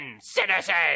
citizens